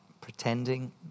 pretending